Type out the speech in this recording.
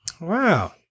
Wow